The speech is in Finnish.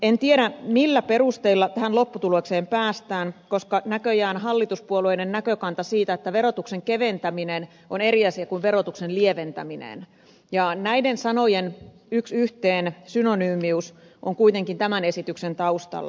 en tiedä millä perusteilla tähän lopputulokseen päästään koska näköjään hallituspuolueiden näkökanta on se että verotuksen keventäminen on eri asia kuin verotuksen lieventäminen ja näiden sanojen yks yhteen synonyymiys on kuitenkin tämän esityksen taustalla